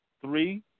three